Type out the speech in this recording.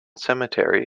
cemetery